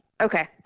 Okay